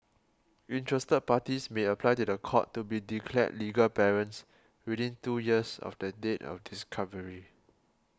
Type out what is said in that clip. interested parties may apply to the court to be declared legal parents within two years of the date of discovery